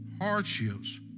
hardships